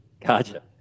gotcha